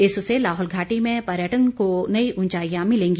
इससे लाहौल घाटी में पर्यटन को नई ऊंचाईयां मिलेगी